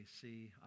see